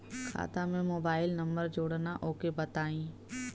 खाता में mobile number जोड़ना ओके बताई?